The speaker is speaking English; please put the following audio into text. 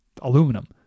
aluminum